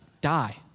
die